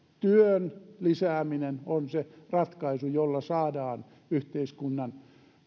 työn lisääminen on se ratkaisu jolla saadaan yhteiskunnan